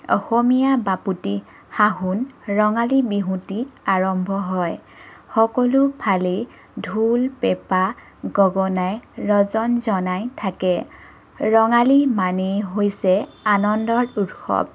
অসমীয়া বাপতিসাহোন ৰঙালী বিহুটি আৰম্ভ হয় সকলো ফালেই ঢোল পেপা গগনাই ৰজনজনাই থাকে ৰঙালী মানেই হৈছে আনন্দৰ উৎসৱ